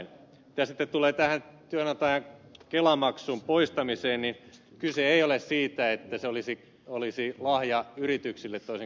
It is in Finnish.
mitä sitten tulee tähän työnantajan kelamaksun poistamiseen niin kyse ei ole siitä että se olisi lahja yrityksille toisin kuin ed